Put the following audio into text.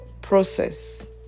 process